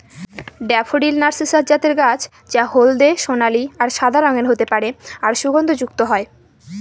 daffodil narcissus জাতের গাছ যা হলদে সোনালী আর সাদা রঙের হতে পারে আর সুগন্ধযুক্ত হয়